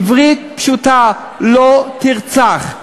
עברית פשוטה: לא תרצח.